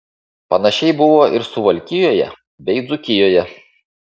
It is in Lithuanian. panašiai buvo ir suvalkijoje bei dzūkijoje